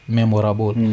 memorable